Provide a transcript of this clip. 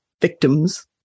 victims